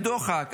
בדוחק,